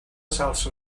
salsa